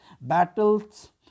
battles